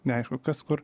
neaišku kas kur